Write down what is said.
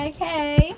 Okay